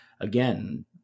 again